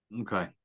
Okay